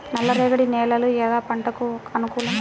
నల్లరేగడి నేలలు ఏ పంటలకు అనుకూలం?